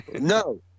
no